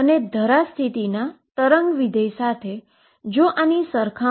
n 2 માટે આ n 1 છે જે વેવ ફંક્શન જેવું જ દેખાય છે